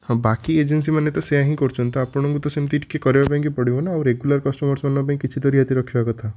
ହଁ ବାକି ଏଜେନ୍ସି ମାନେ ତ ସେୟା ହିଁ କରୁଛନ୍ତି ତ ଆପଣଙ୍କୁ ତ ସେମତି ଟିକିଏ କରିବା ପାଇଁକି ପଡ଼ିବ ନା ଆଉ ରେଗୁଲାର କଷ୍ଟମର୍ ସେମାନଙ୍କ ପାଇଁ କିଛି ତ ରିହାତି ରଖିବା କଥା